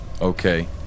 Okay